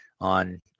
on